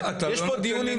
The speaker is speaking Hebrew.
יש פה דיון.